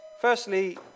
firstly